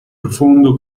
profondo